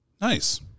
Nice